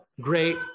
great